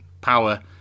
power